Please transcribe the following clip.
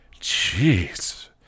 Jeez